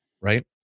Right